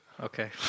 Okay